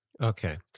Okay